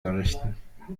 errichten